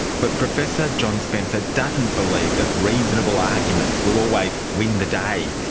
but professor john spencer doesn't believe that reasonable arguments will always win the day.